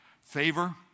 Favor